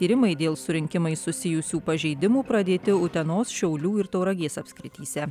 tyrimai dėl su rinkimais susijusių pažeidimų pradėti utenos šiaulių ir tauragės apskrityse